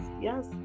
yes